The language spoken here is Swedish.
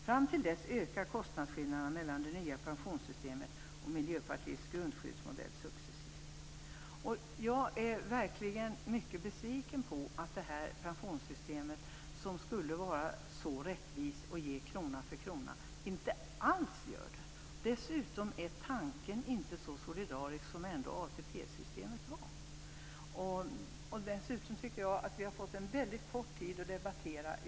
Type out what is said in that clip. Fram till dess ökar kostnadsskillnaderna mellan det nya pensionssystemet och Miljöpartiets grundskyddsmodell successivt. Jag är verkligen mycket besviken på att det här systemet, som skulle vara så rättvist och ge krona för krona, inte alls gör det. Dessutom är inte tanken så solidarisk som ATP-systemet var. Dessutom har vi fått en väldigt kort tid på oss att debattera ämnet.